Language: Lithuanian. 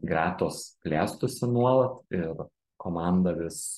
gretos plėstųsi nuolat ir komanda vis